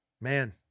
man